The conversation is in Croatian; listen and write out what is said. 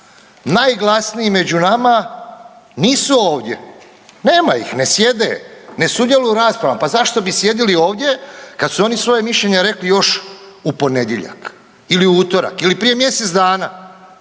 Najglasniji među nama nisu ovdje, nema ih, ne sjede, ne sudjeluju u raspravama. Pa zašto bi sjedili ovdje kad su oni svoje mišljenje rekli još u ponedjeljak ili utorak ili prije mjesec dana.